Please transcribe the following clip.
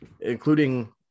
including